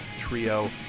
trio